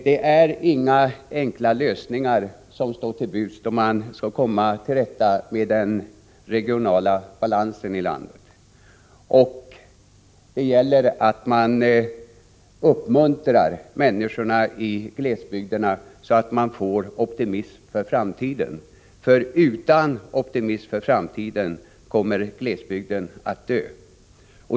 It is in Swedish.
Det är inga enkla lösningar som står till buds då man skall komma till rätta med den regionala obalansen i landet. Det gäller att uppmuntra människorna i glesbygderna, så att de blir optimistiska med tanke på framtiden, för utan optimism kommer glesbygden att dö.